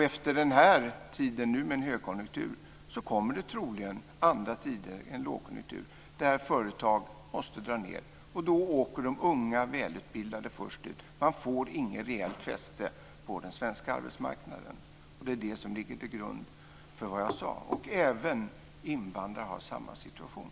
Efter den här tiden med högkonjunktur kommer det troligen andra tider med lågkonjunktur där företag måste dra ned, och då åker de unga och välutbildade först ut. Man får inget reellt fäste på den svenska arbetsmarknaden. Det är det som ligger till grund för vad jag sade. Även invandrare har samma situation.